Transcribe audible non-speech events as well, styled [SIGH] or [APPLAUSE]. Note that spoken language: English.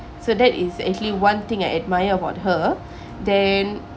so that is actually one thing I admire about her [BREATH] then